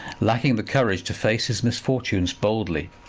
lacking the courage to face his misfortunes boldly.